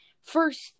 First